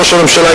ראש הממשלה,